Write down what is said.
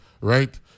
right